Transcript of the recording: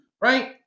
right